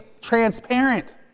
transparent